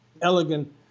elegant